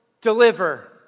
deliver